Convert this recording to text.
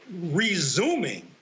resuming